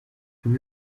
ibi